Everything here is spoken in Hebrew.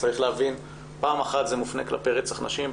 צריך להבין שפעם אחת זה מופנה כלפי רצח נשים,